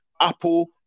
Apple